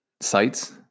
sites